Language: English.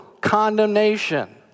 condemnation